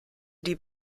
die